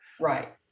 right